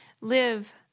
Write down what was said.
live